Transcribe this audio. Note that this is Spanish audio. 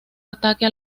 ataque